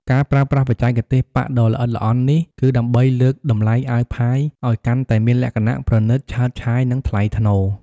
ការប្រើប្រាស់បច្ចេកទេសប៉ាក់ដ៏ល្អិតល្អន់នេះ គឺដើម្បីលើកតម្លៃអាវផាយឱ្យកាន់តែមានលក្ខណៈ ប្រណិត ឆើតឆាយ និងថ្លៃថ្នូរ។